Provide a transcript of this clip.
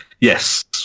Yes